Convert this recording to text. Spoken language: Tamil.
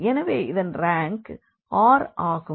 எனவே இதன் ரேங்க் r ஆகும்